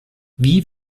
wie